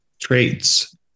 traits